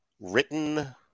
written